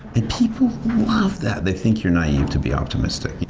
and people love that. they think you're naive to be optimistic.